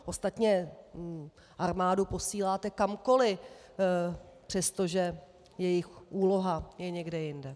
Ostatně armádu posíláte kamkoli, přestože jejich úloha je někde jinde.